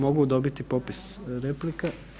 Mogu dobiti popis replika?